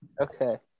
Okay